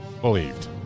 believed